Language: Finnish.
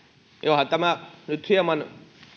onhan tämä nyt hieman